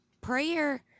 prayer